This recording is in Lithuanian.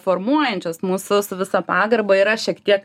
formuojančios musų su visa pagarba yra šiek tiek